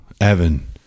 Evan